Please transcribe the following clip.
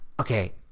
okay